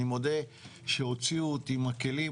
אני מודה שהוציאו אותי מהכלים,